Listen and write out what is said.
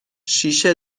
شیشه